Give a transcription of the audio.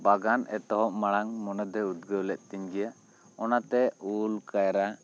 ᱵᱟᱜᱟᱱ ᱮᱛᱚᱦᱚᱵ ᱢᱟᱲᱟᱝ ᱢᱚᱱᱮ ᱫᱚᱭ ᱩᱫᱜᱟᱹᱣ ᱞᱮᱫ ᱛᱤᱧ ᱜᱮᱭᱟ ᱚᱱᱟᱛᱮ ᱩᱞ ᱠᱟᱭᱨᱟ